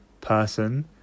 person